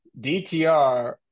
DTR –